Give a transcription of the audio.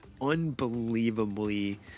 unbelievably